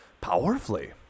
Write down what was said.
powerfully